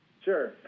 Sure